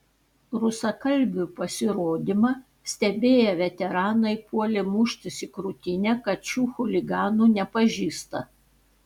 rusakalbių pasirodymą stebėję veteranai puolė muštis į krūtinę kad šių chuliganų nepažįsta